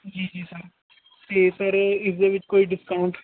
ਜੀ ਜੀ ਸਰ ਅਤੇ ਸਰ ਇਸ ਦੇ ਵਿੱਚ ਕੋਈ ਡਿਸਕਾਊਂਟ